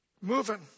moving